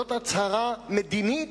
זאת הצהרה מדינית,